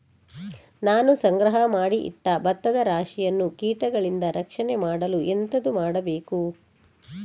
ನಾನು ಸಂಗ್ರಹ ಮಾಡಿ ಇಟ್ಟ ಭತ್ತದ ರಾಶಿಯನ್ನು ಕೀಟಗಳಿಂದ ರಕ್ಷಣೆ ಮಾಡಲು ಎಂತದು ಮಾಡಬೇಕು?